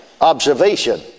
observation